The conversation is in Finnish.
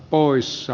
loppu